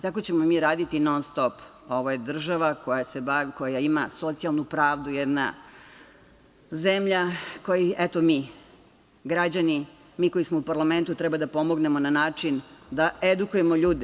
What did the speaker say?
Tako ćemo mi raditi non-stop, ovo je država koja ima socijalnu pravdu, jedna zemlja, kojoj, eto mi, građani, mi koji smo u Parlamentu treba da pomognemo na način da edukujemo ljude.